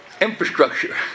Infrastructure